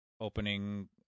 opening